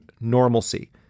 normalcy